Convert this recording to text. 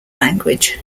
language